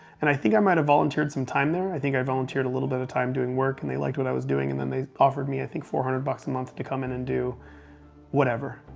and i think i might have volunteered some time there. i think i volunteered a little bit of time doing work. and they liked what i was doing, and then they offered me, i think, four hundred bucks a month to come in and do whatever,